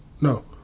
No